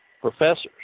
professors